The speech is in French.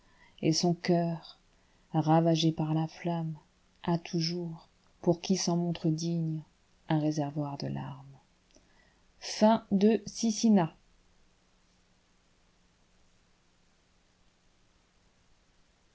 et son cœur ravagé par la flamme a toujours pour qui s'en montre digne un réservoir de larmes